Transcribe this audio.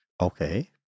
okay